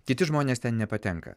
kiti žmonės ten nepatenka